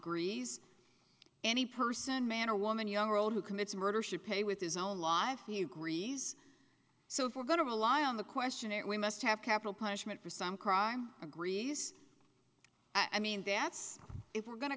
greece any person man or woman young or old who commits murder should pay with his own life you griese so if we're going to rely on the questionnaire we must have capital punishment for some crime agrees i mean that's if we're going to